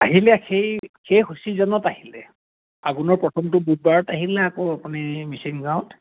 আহিলে সেই সেই আহিলে আাঘোনৰ প্ৰথমটো বুধবাৰত আহিলে আকৌ আপুনি মিচিং গাঁৱত